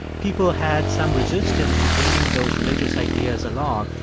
people had some resistance to bringing those religious ideas along.